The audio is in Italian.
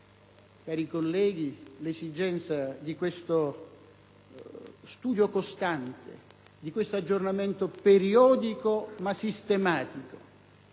cari colleghi, nasce l'esigenza dello studio costante, di un aggiornamento periodico, ma sistematico.